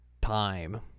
time